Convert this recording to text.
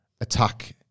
attack